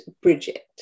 Bridget